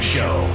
Show